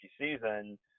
season